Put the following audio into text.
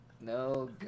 No